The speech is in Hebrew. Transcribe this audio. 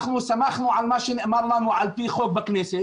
אנחנו סמכנו על מה שנאמר לנו על פי חוק בכנסת